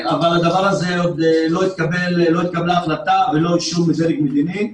אבל על הדבר הזה עוד לא התקבלה החלטה ולא אישור מדרג מדיני,